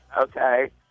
okay